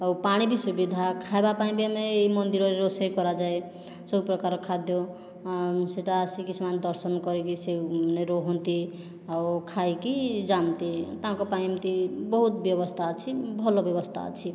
ଆଉ ପାଣି ବି ସୁବିଧା ଖାଇବା ପାଇଁ ବି ଆମେ ଏହି ମନ୍ଦିରରେ ରୋଷେଇ କରାଯାଏ ସବୁ ପ୍ରକାର ଖାଦ୍ୟ ସେଇଟା ଆସିକି ସେମାନେ ଦର୍ଶନ କରିକି ସିଏ ମାନେ ରହନ୍ତି ଆଉ ଖାଇକି ଯାଆନ୍ତି ତାଙ୍କ ପାଇଁ ଏମିତି ବହୁତ ବ୍ୟବସ୍ଥା ଅଛି ଭଲ ବ୍ୟବସ୍ଥା ଅଛି